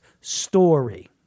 story